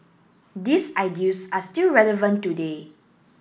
these ideals are still relevant today